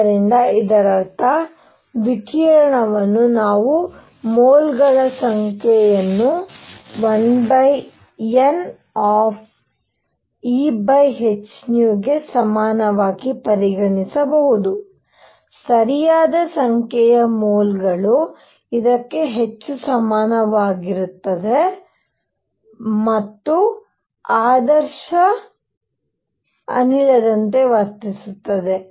ಆದ್ದರಿಂದ ಇದರರ್ಥ ವಿಕಿರಣವನ್ನು ನಾವು ಮೋಲ್ಗಳ ಸಂಖ್ಯೆಯನ್ನು 1NEhν ಗೆ ಸಮನಾಗಿ ಪರಿಗಣಿಸಬಹುದು ಸರಿಯಾದ ಸಂಖ್ಯೆಯ ಮೋಲ್ಗಳು ಇದಕ್ಕೆ ಹೆಚ್ಚು ಸಮನಾಗಿರುತ್ತದೆ ಮತ್ತು ಆದರ್ಶ ಅನಿಲದಂತೆ ವರ್ತಿಸುತ್ತವೆ